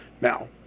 Now